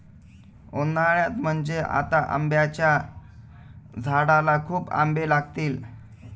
उन्हाळ्यात म्हणजे आता आंब्याच्या झाडाला खूप आंबे लागतील